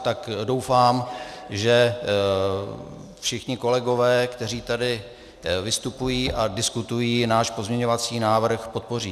Tak doufám, že všichni kolegové, kteří tady vystupují a diskutují, náš pozměňovací návrh podpoří.